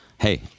Hey